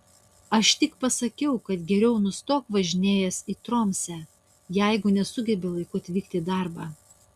aš tik pasakiau kad geriau nustok važinėjęs į tromsę jeigu nesugebi laiku atvykti į darbą